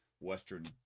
Western